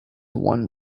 one